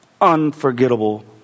unforgettable